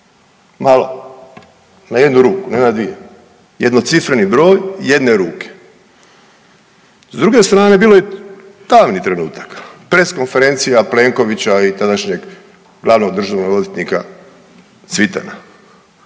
malo, na jednu ruku, ne na dvije, jednocifreni broj jedne ruke. S druge strane bilo je tamnih trenutaka, press konferencija Plenkovića i tadašnjeg glavnog državnog odvjetnika Cvitana,